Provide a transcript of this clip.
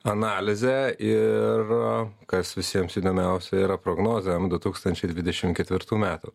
analize ir kas visiems įdomiausia yra prognozėm du tūkstančiai dvidešimt ketvirtų metų